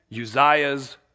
Uzziah's